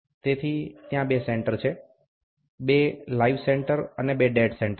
તેથી ત્યાં બે સેન્ટર છે બે લાઈવ સેન્ટર અને બે ડેડ સેન્ટર